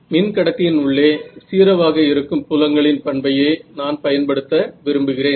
மின் கடத்தியின் உள்ளே 0 ஆக இருக்கும் புலங்களின் பண்பையே நான் பயன்படுத்த விரும்புகிறேன்